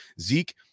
Zeke